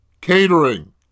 Catering